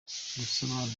rusobanura